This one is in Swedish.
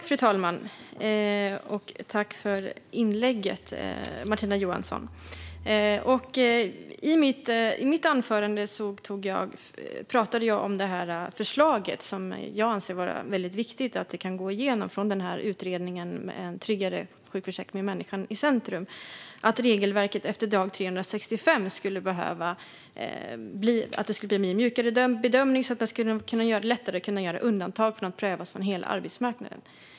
Fru talman! Tack för inlägget, Martina Johansson! I mitt anförande pratade jag om förslaget från utredningen En trygg sjukförsäkring med människan i centrum - jag anser att det är väldigt viktigt att det går igenom. Det handlar om att det i regelverket efter dag 365 skulle behöva göras en mjukare bedömning så att det blir lättare att göra undantag från prövningen mot hela arbetsmarknaden.